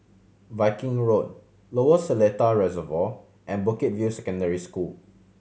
Viking Road Lower Seletar Reservoir and Bukit View Secondary School